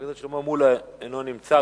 חבר הכנסת שלמה מולה, אינו נמצא.